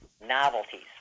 novelties